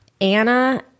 Anna